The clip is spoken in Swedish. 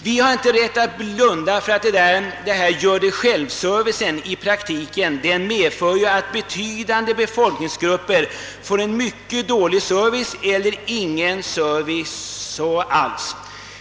Vi har inte rätt att blunda för att denna »gör det själv»-service i praktiken medför att betydande befolkningsgrupper får en mycket dålig service eller ingen service alls.